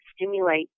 stimulate